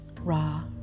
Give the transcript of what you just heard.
Raw